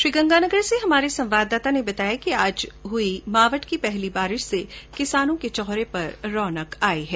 श्रीगंगानगर से हमारे संवाददाता ने बताया कि आज हुई मावठ की पहली बारिश से किसानों के चेहरों पर रौनक आई है